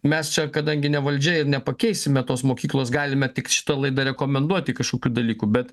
mes čia kadangi ne valdžia ir nepakeisime tos mokyklos galime tik šita laida rekomenduoti kažkokių dalykų bet